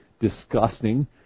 disgusting